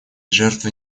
жертвы